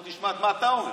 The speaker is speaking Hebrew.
בוא תשמע מה אתה אומר.